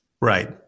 Right